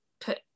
put